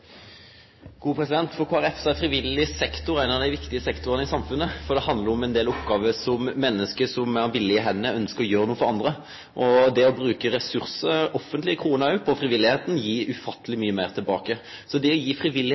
For Kristeleg Folkeparti er frivillig sektor ein av dei viktige sektorane i samfunnet, for det handlar om ein del oppgåver for menneske som med villige hender ønskjer å gjere noko for andre. Det å bruke ressursar – offentlege kroner òg – på frivilligheita gir ufatteleg mykje meir tilbake. Det